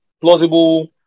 plausible